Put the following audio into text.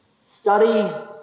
study